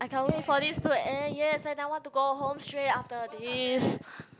I can't wait for this to end yes and then want to go home straight after this